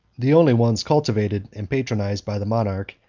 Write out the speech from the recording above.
the only ones cultivated and patronized by the monarch,